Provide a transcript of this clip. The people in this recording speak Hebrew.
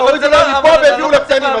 הורידו מפה והעבירו לקטנים.